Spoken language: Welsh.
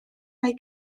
neu